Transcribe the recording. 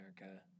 America